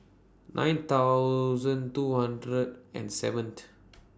nine thousand two hundred and seventh